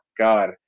God